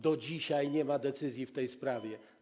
Do dzisiaj nie ma decyzji w tej sprawie.